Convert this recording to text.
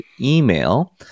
email